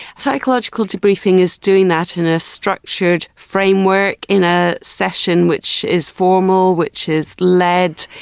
psychological debriefing is doing that in a structured framework in a session which is formal, which is led,